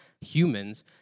humans